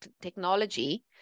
technology